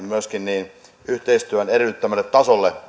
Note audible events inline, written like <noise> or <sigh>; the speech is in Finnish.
<unintelligible> myöskin kansainvälisen yhteistyön edellyttämälle tasolle